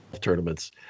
tournaments